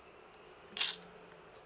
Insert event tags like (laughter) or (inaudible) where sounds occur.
(noise)